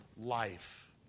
life